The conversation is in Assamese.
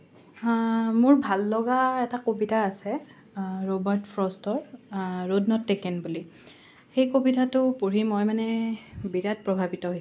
মোৰ ভাল লগা এটা কবিতা আছে ৰবাৰ্ট ফ্ৰষ্টৰ ৰোড নট টেকেন বুলি সেই কবিতাটো পঢ়ি মই মানে বিৰাট প্ৰভাৱিত হৈছিলোঁ